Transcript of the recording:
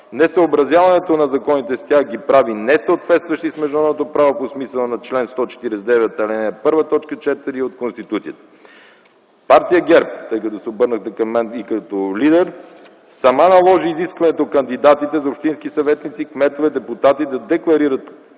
Несъобразяването на законите с тях ги прави несъответстващи с международното право по смисъла на чл. 149, ал. 1, т. 4 от Конституцията. Партия ГЕРБ, тъй като се обърнахте към мен и като лидер, сама наложи изискването кандидатите за общински съветници, кметове и депутати да декларират